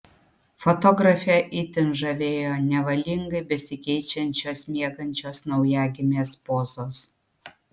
fotografę itin žavėjo nevalingai besikeičiančios miegančios naujagimės pozos